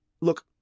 Look